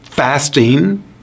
fasting